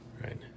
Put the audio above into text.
right